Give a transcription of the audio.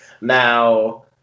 Now